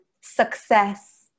success